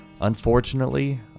Unfortunately